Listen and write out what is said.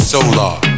Solar